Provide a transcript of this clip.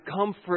comfort